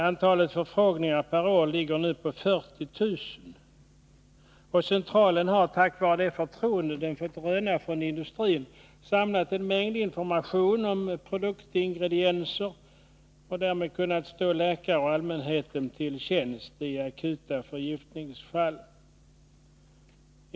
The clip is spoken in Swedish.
Antalet förfrågningar per år är nu 40 000. Centralen har tack vare det förtroende den har fått röna från industrin samlat en mängd information om produktingredienser och därmed kunnat stå läkare och allmänhet till tjänst vid akuta förgiftningsfall.